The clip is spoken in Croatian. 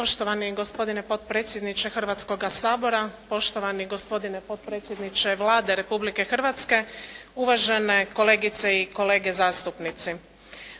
Poštovani gospodine potpredsjedniče Hrvatskoga sabora, poštovani gospodine potpredsjedniče Vlade Republike Hrvatske, uvažene kolegice i kolege zastupnici.